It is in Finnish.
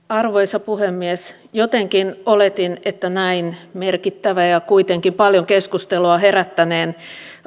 arvoisa puhemies jotenkin oletin että näin merkittävän ja kuitenkin paljon keskustelua herättäneen